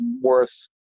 worth